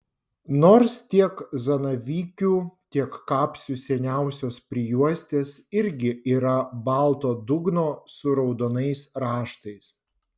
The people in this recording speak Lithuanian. nors tiek zanavykių tiek kapsių seniausios prijuostės irgi yra balto dugno su raudonais raštais